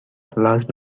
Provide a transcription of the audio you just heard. large